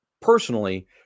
personally